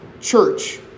church